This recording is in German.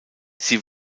sie